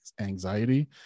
anxiety